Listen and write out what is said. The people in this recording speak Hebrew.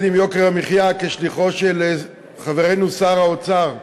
עם יוקר המחיה כשליחו של חברנו שר האוצר.